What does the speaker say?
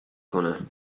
کنه